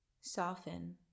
soften